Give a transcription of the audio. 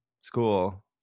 school